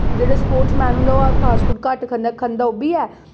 जेह्ड़े sports man होंदे ओह् फास्ट फूड घट्ट खंदे खंदा उब्भी ऐ